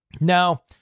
Now